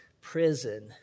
Prison